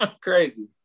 Crazy